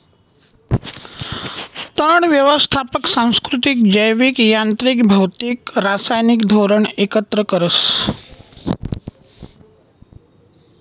तण यवस्थापन सांस्कृतिक, जैविक, यांत्रिक, भौतिक, रासायनिक धोरण एकत्र करस